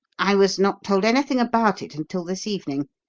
i was not told anything about it until this evening,